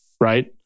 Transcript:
right